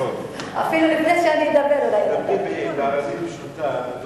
אפילו לפני שאני אדבר, אולי, תדברי בערבית פשוטה.